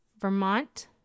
Vermont